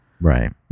right